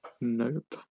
Nope